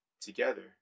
together